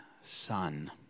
son